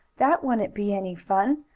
that wouldn't be any fun.